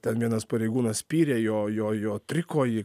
ten vienas pareigūnas spyrė jo jo jo trikojį